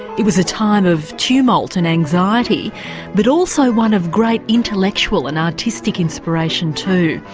it was a time of tumult and anxiety but also one of great intellectual and artistic inspiration too.